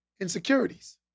Insecurities